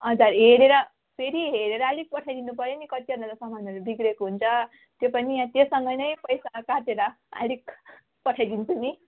हजुर हेरेर फेरि हेरेर आलिक पठाइदिन्छु नि पऱ्यो नि कतिवटा त सामानहरू बिग्रिएको हुन्छ त्यो पनि त्योसँग नै पैसा काटेर आलिक पठाइदिन्छु नि